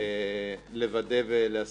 מי זה?